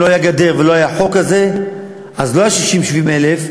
אם לא הייתה גדר ולא היה החוק לא היו 60,000 70,000,